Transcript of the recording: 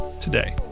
today